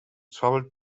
troubled